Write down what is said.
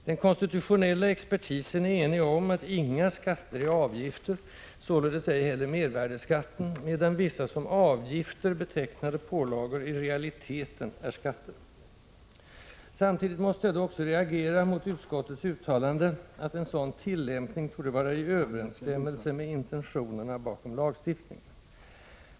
Den konstitutionella expertisen är enig om att inga skatter är avgifter, således ej heller mervärdeskatten, medan vissa som avgifter betecknade pålagor i realiteten är skatter. Samtidigt måste jag då också reagera mot utskottets uttalande att ”En sådan tillämpning torde vara helt i överensstämmelse med intentionerna bakom lagstiftningen”.